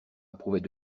approuvait